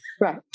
Right